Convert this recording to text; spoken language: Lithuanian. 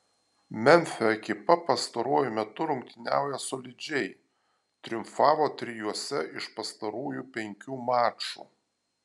memfio ekipa pastaruoju metu rungtyniauja solidžiai triumfavo trijuose iš pastarųjų penkių mačų